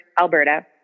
Alberta